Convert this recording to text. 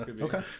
okay